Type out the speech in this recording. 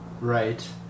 Right